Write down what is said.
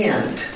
End